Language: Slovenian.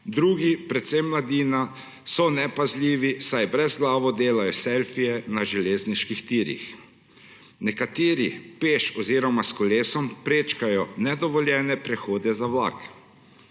drugi, predvsem mladina, so nepazljivi, saj brezglavo delajo selfije na železniških tirih. Nekateri peš oziroma s kolesom prečkajo nedovoljene prehode za vlak.